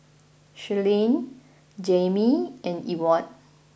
Shirleyann Jaimie and Ewart